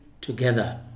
together